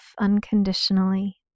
unconditionally